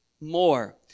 more